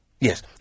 yes